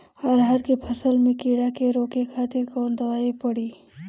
अरहर के फसल में कीड़ा के रोके खातिर कौन दवाई पड़ी?